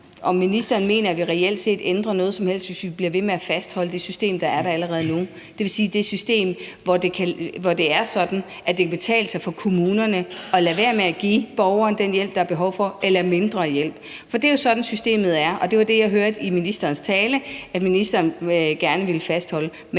ministeren, om hun mener, at vi reelt set ændrer noget som helst, hvis vi bliver ved med at fastholde det system, der er der nu, dvs. det system, hvor det er sådan, at det kan betale sig for kommunerne at lade være med at give borgeren den hjælp, der er behov for, eller at give mindre hjælp. For det er jo sådan, systemet er, og det var det, jeg hørte i ministerens tale at hun gerne ville fastholde.